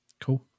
Cool